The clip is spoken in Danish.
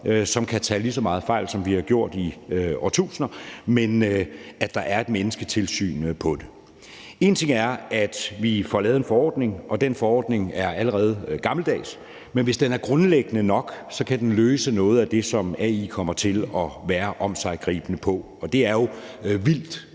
som kan tage lige så meget fejl, som vi har gjort i årtusinder, men som er et mennesketilsyn. En ting er, at vi får lavet en forordning, og den forordning er allerede gammeldags, men hvis den er grundlæggende nok, kan den løse noget af det, som AI kommer til at gribe ind i, og det er jo vildt